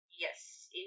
Yes